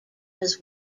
was